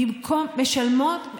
במקום זה משלמות,